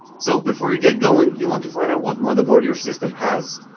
so before you get going, you want to find out what motherboard your system has.